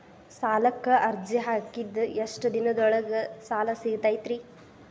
ಸಾಲಕ್ಕ ಅರ್ಜಿ ಹಾಕಿದ್ ಎಷ್ಟ ದಿನದೊಳಗ ಸಾಲ ಸಿಗತೈತ್ರಿ?